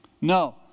No